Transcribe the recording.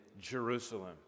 Jerusalem